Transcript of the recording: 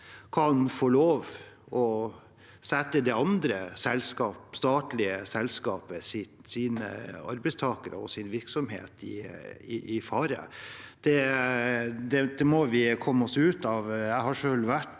kan få lov til å sette det andre statlige selskapets arbeidstakere og virksomhet i fare, må vi komme oss ut av.